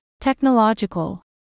technological